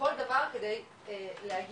כל דבר כדי להגיע,